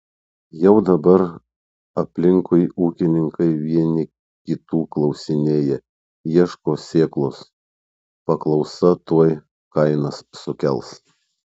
jau dabar aplinkui ūkininkai vieni kitų klausinėja ieško sėklos paklausa tuoj kainas sukels